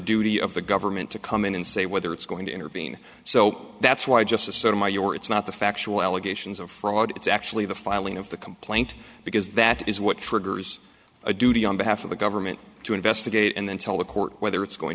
duty of the government to come in and say whether it's going to intervene so that's why just the sort of my your it's not the factual allegations of fraud it's actually the filing of the complaint because that is what triggers a duty on behalf of the government to investigate and then tell the court whether it's going